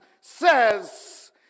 says